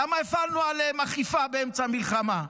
למה הפעלנו עליהם אכיפה באמצע מלחמה?